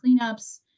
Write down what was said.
cleanups